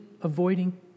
avoiding